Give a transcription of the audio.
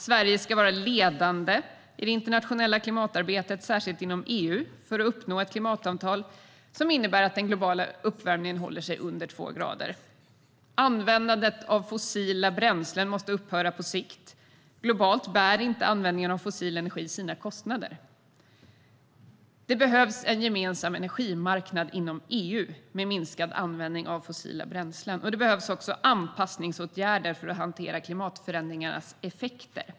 Sverige ska vara ledande i det internationella klimatarbetet, särskilt inom EU, för att vi ska uppnå ett klimatavtal som innebär att den globala uppvärmningen kan hållas under två grader. Användandet av fossila bränslen måste upphöra på sikt. Globalt bär inte användningen av fossil energi sina kostnader. Det behövs en gemensam energimarknad inom EU med minskad användning av fossila bränslen. Det behövs också anpassningsåtgärder för att hantera klimatförändringarnas effekter.